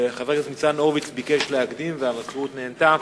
חבר הכנסת ניצן הורוביץ ביקש להקדים והמזכירות נענתה: